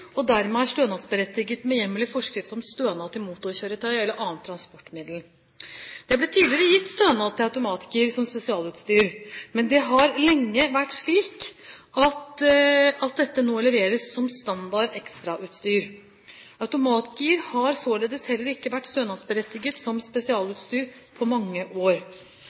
og dermed er stønadsberettiget med hjemmel i forskrift om stønad til motorkjøretøy eller annet transportmiddel. Det ble tidligere gitt stønad til automatgir som spesialutstyr, men det har lenge vært slik at dette nå leveres som standard ekstrautstyr. Automatgir har således heller ikke vært stønadsberettiget som spesialutstyr på mange år.